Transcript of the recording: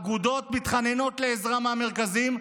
אגודות מתחננות לעזרה מהמרכזים.